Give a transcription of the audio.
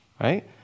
right